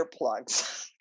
earplugs